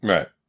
Right